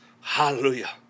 Hallelujah